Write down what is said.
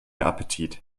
appetit